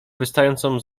wystającą